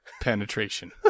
penetration